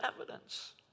evidence